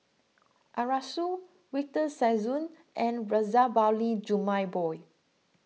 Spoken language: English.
Arasu Victor Sassoon and Razabali Jumabhoy